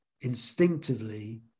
instinctively